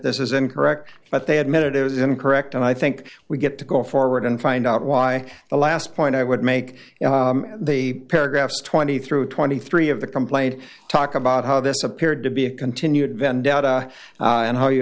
this is incorrect but they admitted it was incorrect and i think we get to go forward and find out why the last point i would make the paragraphs twenty through twenty three of the complaint talk about how this appeared to be a continued vendetta and how you